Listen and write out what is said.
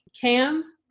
Cam